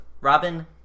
Robin